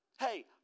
Hey